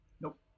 Nope